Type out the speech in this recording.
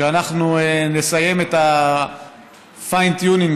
שאנחנו נסיים את ה-fine tuning,